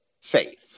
faith